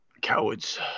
Cowards